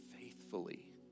faithfully